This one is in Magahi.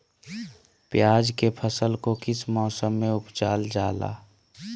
प्याज के फसल को किस मौसम में उपजल जाला?